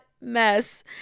mess